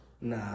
Nah